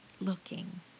looking